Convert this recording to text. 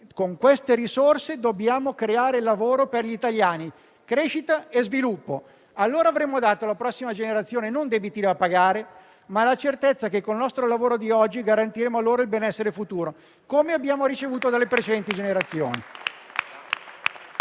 Con queste risorse dobbiamo creare lavoro per gli italiani, crescita e sviluppo. Solo così avremo dato alla prossima generazione non debiti da pagare, ma la certezza che, con il nostro lavoro di oggi, garantiremo loro il benessere futuro, come quello che abbiamo ricevuto dalle precedenti generazioni.